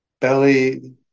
belly